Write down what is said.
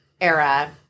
era